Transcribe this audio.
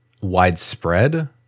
widespread